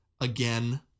again